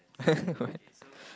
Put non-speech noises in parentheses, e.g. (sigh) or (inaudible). (laughs) what